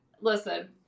listen